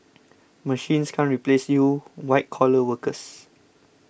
machines can't replace you white collar workers